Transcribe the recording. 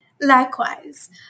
Likewise